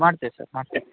ಮಾಡ್ತೇವೆ ಸರ್ ಮಾಡ್ತೇವೆ